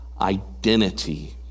identity